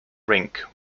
rink